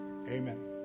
amen